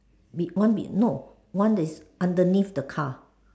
big one big no one that is underneath the car